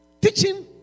teaching